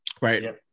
Right